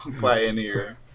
pioneer